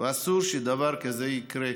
ואסור שדבר כזה יקרה.